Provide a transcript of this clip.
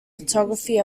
photography